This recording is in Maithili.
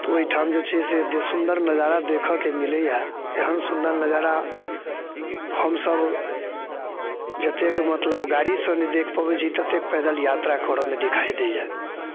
तऽ ओइठाम जे छै से जे सुन्दर नजारा देखऽके मिलैये एहन सुन्दर नजारा हमसब जतेक मतलब गाड़ीसँ नहि देख पबै छी ततेक पैदल यात्रा करऽमे देखाइ दैये